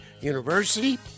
University